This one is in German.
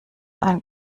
ein